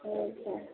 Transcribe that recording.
ठीक है